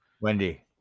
Wendy